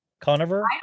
Conover